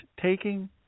taking